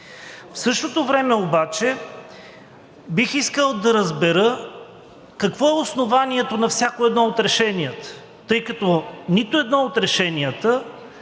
В същото време обаче бих искал да разбера какво е основанието на всяко едно от решенията? Тъй като в нито едно от решенията